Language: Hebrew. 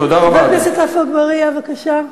חבר הכנסת עפו אגבאריה בבקשה,